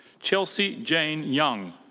chelsea jane young.